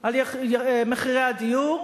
על מחירי הדיור,